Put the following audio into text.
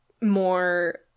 more